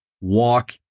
walk